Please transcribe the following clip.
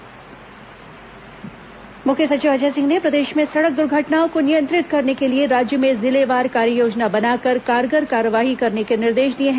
मुख्य सचिव बैठक मुख्य सचिव अजय सिंह ने प्रदेश में सड़क दुर्घटनाओं को नियंत्रित करने के लिए राज्य में जिलेवार कार्ययोजना बनाकर कारगर कार्रवाई करने के निर्देश दिए हैं